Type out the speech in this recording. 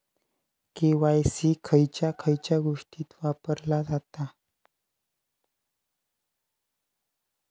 KYC खयच्या खयच्या गोष्टीत वापरला जाता?